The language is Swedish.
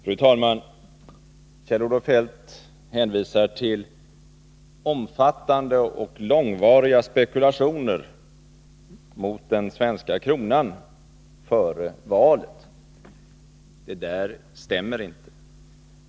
Fru talman! Kjell-Olof Feldt hänvisar till omfattande och långvariga spekulationer mot den svenska kronan före valet. Det där stämmer inte.